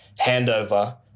handover